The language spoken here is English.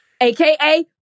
aka